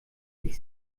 ich